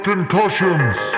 Concussions